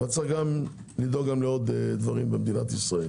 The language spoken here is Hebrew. אבל יש גם לדאוג לעוד דברים במדינת ישראל.